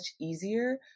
easier